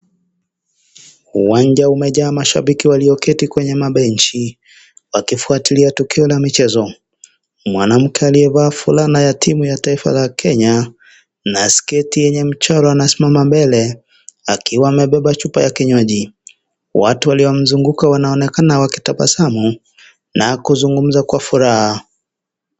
Uwanja umejaa mashabiki walioketi kwenye mabenchi wakifuatilia tukio la michezo, mwanamke aliyevaa fulana ya timu ya taifa la Kenya na sketi yenye michoro amesimama mbele akiwa amebeba chupa ya kinywaji. Watu waliomzunguka wanaonekana wakitabasamu na kuzungumza kwa furaha.